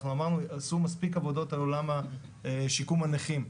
אמרנו שעשו מספיק עבודות על עולם שיקום הנכים,